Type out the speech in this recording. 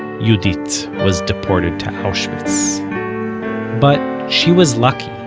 yehudit was deported to auschwitz but she was lucky,